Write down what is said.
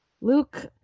Luke